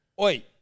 Oi